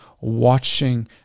watching